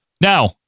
Now